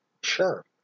Sure